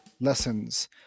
lessons